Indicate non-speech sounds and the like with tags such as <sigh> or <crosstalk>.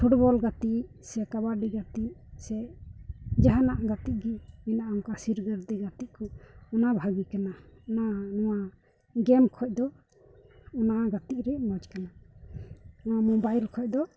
football ᱜᱟᱛᱮᱜ ᱥᱮ ᱠᱟᱵᱟᱰᱤ ᱜᱟᱛᱮᱜ ᱥᱮ ᱡᱟᱦᱟᱱᱟᱜ ᱜᱟᱛᱮᱜ ᱜᱮ ᱢᱮᱱᱟᱜᱼᱟ ᱚᱱᱠᱟ <unintelligible> ᱜᱟᱛᱮᱜ ᱠᱚ ᱚᱱᱟ ᱵᱷᱟᱹᱜᱤ ᱠᱟᱱᱟ ᱚᱱᱟ ᱱᱚᱣᱟ ᱜᱮᱢ ᱠᱷᱚᱡ ᱫᱚ ᱚᱱᱟ ᱜᱟᱛᱮᱜ ᱨᱮ ᱢᱚᱡᱽ ᱠᱟᱱᱟ ᱱᱚᱣᱟ ᱢᱳᱵᱟᱭᱤᱞ ᱠᱷᱚᱡ ᱫᱚ